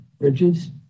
Bridges